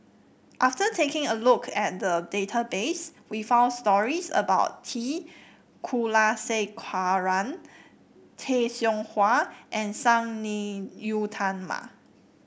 after taking a look at the database we found stories about T Kulasekaram Tay Seow Huah and Sang Nila Utama